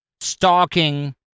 stalking